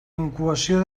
incoació